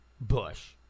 Bush